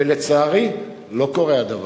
ולצערי, הדבר לא קורה.